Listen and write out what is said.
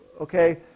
okay